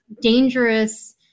dangerous